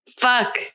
fuck